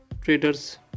traders